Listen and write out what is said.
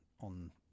On